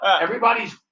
Everybody's